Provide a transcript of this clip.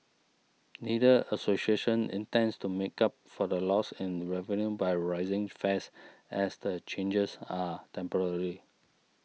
neither association intends to make up for the loss in revenue by raising fares as the changes are temporary